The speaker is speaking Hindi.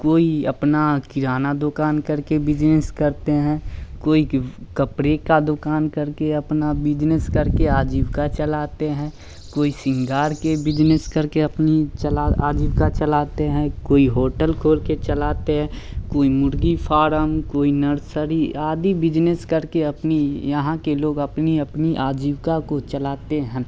कोई अपना किराना दुकान करके बिजनेस करते हैं कोई कि कपड़े का दुकान करके अपना बिजनेस करके आजीविका चलाते हैं कोई सिंगार के बिजनेस करके अपनी चला आजीविका चलाते हैं कोई होटल खोल के चलाते हैं कोई मुर्ग़ी फारम कोई नर्सरी आदि बिजनेस करके अपनी यहाँ के लोग अपनी अपनी आजीविका को चलाते हैं